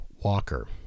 Walker